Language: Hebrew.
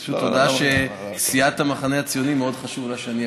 זאת הודעה שלסיעת המחנה הציוני מאוד חשוב שאני אקריא,